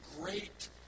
great